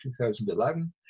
2011